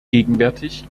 gegenwärtig